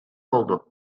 oldu